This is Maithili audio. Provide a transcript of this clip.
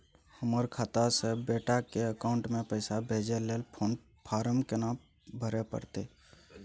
हमर खाता से बेटा के अकाउंट में पैसा भेजै ल कोन फारम भरै परतै?